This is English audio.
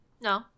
No